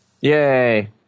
Yay